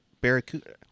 Barracuda